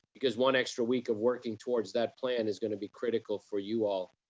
because one extra week of working towards that plan is gonna be critical for you all.